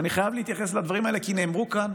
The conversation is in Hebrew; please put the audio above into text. ואני חייב להתייחס לדברים האלה, כי נאמרו כאן